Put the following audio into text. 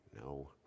no